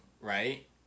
right